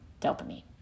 dopamine